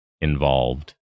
involved